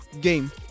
game